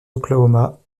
oklahoma